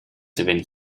wenn